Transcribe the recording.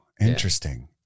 interesting